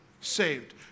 saved